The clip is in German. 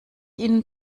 ihnen